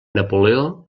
napoleó